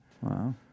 Wow